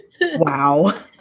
Wow